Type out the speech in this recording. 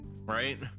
right